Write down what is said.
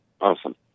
Awesome